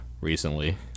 recently